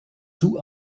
two